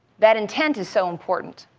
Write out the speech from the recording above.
that intent is so important.